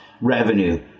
revenue